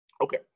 Okay